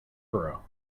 furrow